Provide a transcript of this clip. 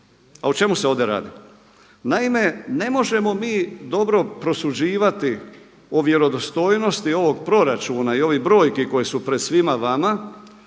A o čemu se ovdje radi? Naime ne možemo mi dobro prosuđivati o vjerodostojnosti ovog proračuna i ovih brojki koje su pred svima vama